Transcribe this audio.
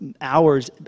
hours